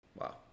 Wow